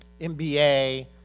MBA